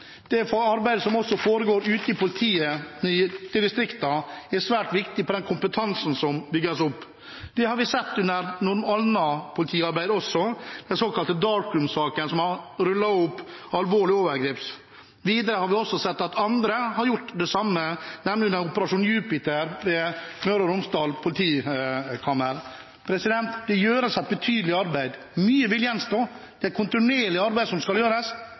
arbeidet som også foregår i politiet ute i distriktene, er svært viktig for den kompetansen som bygges opp. Det har vi sett gjennom annet politiarbeid også, den såkalte «Dark Room»-saken, hvor man har rullet opp alvorlige overgrep. Videre har vi sett at andre har gjort det samme, nemlig ved «Operasjon Jupiter» ved Møre og Romsdal politidistrikt. Det gjøres et betydelig arbeid. Mye vil gjenstå. Det er et kontinuerlig arbeid som skal gjøres,